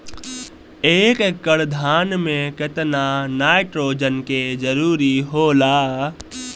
एक एकड़ धान मे केतना नाइट्रोजन के जरूरी होला?